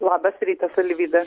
labas rytas alvyda